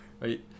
right